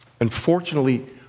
Unfortunately